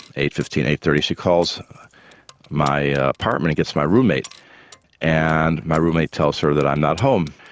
eight. fifteen, eight. thirty she calls my apartment and gets my roommate and my roommate tells her that i'm not home.